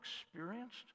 experienced